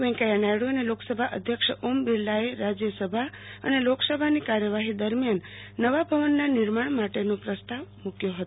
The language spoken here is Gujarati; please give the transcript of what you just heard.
વૈકૈયા નાયડુ અને લોકસભા અધ્યક્ષ ઓમ બિરલા એ રાજ્ય સભા અને લોકસભાની કાર્યવાહી દરમ્યાન નવા ભવનના બ્નીરમાન માટેનો પ્રસ્તાવ મુક્યો હતો